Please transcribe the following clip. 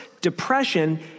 depression